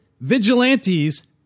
vigilantes